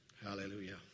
Hallelujah